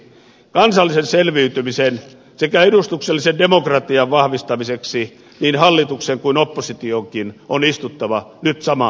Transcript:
kansallisen selviytymisen sekä edustuksellisen demokratian vahvistamiseksi niin hallituksen kuin oppositionkin on istuttava nyt samaan pöytään